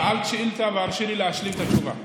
שאלת שאילתה, והרשי לי להשלים את התשובה.